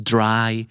Dry